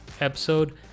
episode